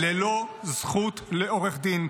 ללא זכות לעורך דין.